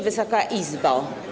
Wysoka Izbo!